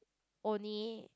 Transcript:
only